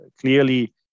clearly